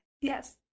Yes